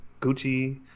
Gucci